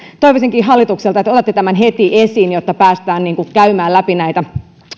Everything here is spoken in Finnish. toivoisinkin hallitukselta että otatte tämän heti esiin jotta päästään käymään läpi